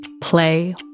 Play